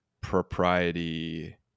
propriety